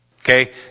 Okay